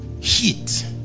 heat